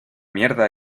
mierda